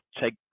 take